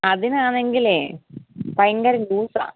അതിനാണെങ്കിലേ ഭയങ്കര ലൂസാണ്